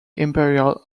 imperial